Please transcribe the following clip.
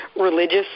religious